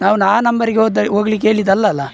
ನಾವು ನಾ ನಂಬರಿಗೆ ಹೋದ ಹೋಗಲಿಕ್ಕೆ ಹೇಳಿದ್ದಲ್ಲಲ್ಲ